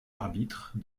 arbitres